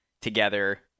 together